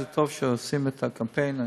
טוב שעושים את הקמפיין,